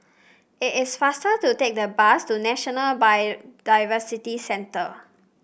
it is faster to take the bus to National Biodiversity Centre